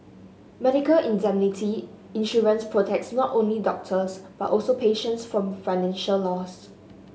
medical indemnity insurance protects not only doctors but also patients from financial loss